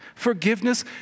forgiveness